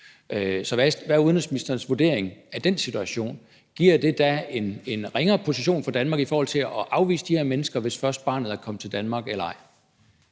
og hvad er udenrigsministerens vurdering af den situation? Giver det en ringere position for Danmark i forhold til at afvise de her mennesker, hvis først barnet er kommet til Danmark, eller ej?